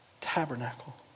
tabernacle